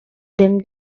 them